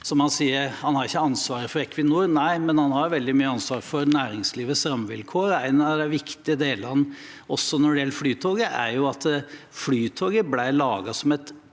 Han sier at han ikke har ansvaret for Equinor. Nei, men han har veldig mye ansvar for næringslivets rammevilkår, og en av de viktige delene når det gjelder Flytoget, er at Flytoget ble laget som et